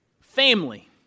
family